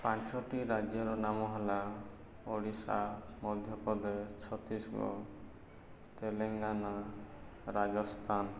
ପାଞ୍ଚଟି ରାଜ୍ୟର ନାମ ହେଲା ଓଡ଼ିଶା ମଧ୍ୟପ୍ରଦେଶ ଛତିଶଗଡ଼ ତେଲେଙ୍ଗାନା ରାଜସ୍ଥାନ